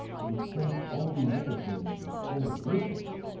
and pulled all these other things to the floor with him